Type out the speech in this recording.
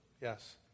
Yes